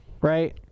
right